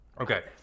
Okay